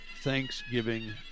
Thanksgiving